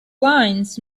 lines